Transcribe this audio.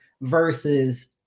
versus